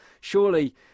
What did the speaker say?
surely